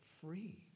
free